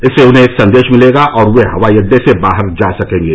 इससे उन्हें एक संदेश मिलेगा और वे हवाई अड्डे से बाहर जा सकेंगे